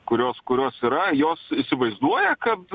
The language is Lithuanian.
kurios kurios yra jos įsivaizduoja kad